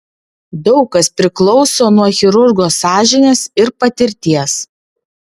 daug kas priklauso nuo chirurgo sąžinės ir patirties